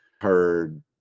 heard